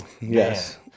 yes